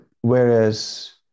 whereas